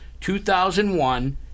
2001